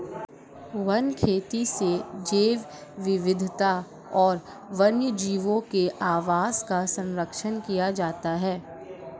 one खेती से जैव विविधता और वन्यजीवों के आवास का सरंक्षण किया जाता है